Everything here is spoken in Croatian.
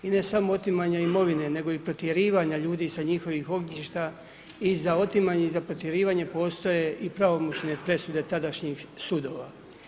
I ne samo otimanja imovine nego i protjerivanje ljudi sa njihov ognjišta i za otimanje i za protjerivanje postoje i pravomoćne presude tadašnjih sudova.